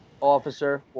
officer